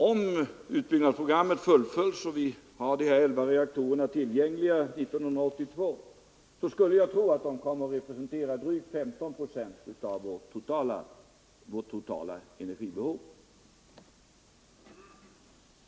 Om utbyggnadsprogrammet fullföljs så att vi har de här elva reaktorerna tillgängliga 1982, skulle jag tro att de kommer att representera drygt 15 procent av vårt totala energibehov.